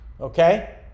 Okay